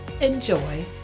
enjoy